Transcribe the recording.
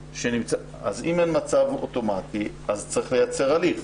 אז אם מצב אוטומטי אז צריך לייצר הליך.